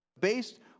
Based